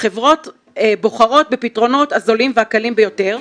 החברות בוחרות בפתרונות הזולים והקלים ביותר,